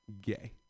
gay